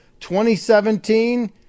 2017